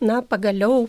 na pagaliau